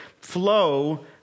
flow